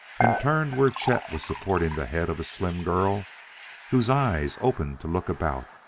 and turned where chet was supporting the head of a slim girl whose eyes opened to look about,